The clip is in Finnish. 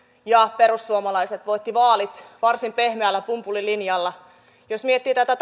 ja perussuomalaiset voittivat vaalit varsin pehmeällä pumpulilinjalla jos miettii tätä